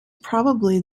probably